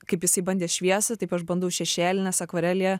kaip jisai bandė šviesą taip aš bandau šešėlį nes akvarelėje